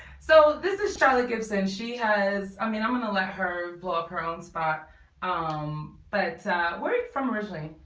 so this is sharlotte gibson she has i mean i'm gonna let her blow up her own spot um but where are you from originally.